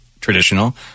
traditional